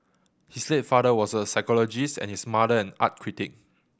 his late father was a psychologist and his mother an art critic